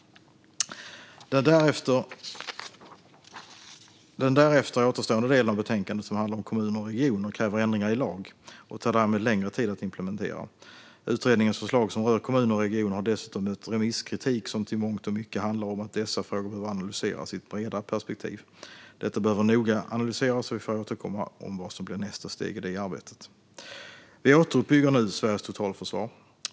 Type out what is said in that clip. Den därefter återstående delen i betänkandet som handlar om kommuner och regioner kräver ändringar i lag och tar därmed längre tid att implementera. Utredningens förslag som rör kommuner och regioner har dessutom mött remisskritik som till mångt och mycket handlar om att dessa frågor behöver analyseras i ett bredare perspektiv. Detta behöver noga analyseras, och vi får återkomma om vad som blir nästa steg i arbetet. Vi återuppbygger nu Sveriges totalförsvar.